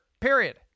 period